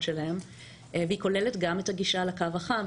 שלהן והיא כוללת גם את הגישה לקו החם,